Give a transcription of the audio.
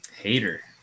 Hater